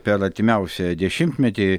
per artimiausią dešimtmetį